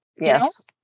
Yes